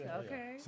okay